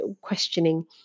questioning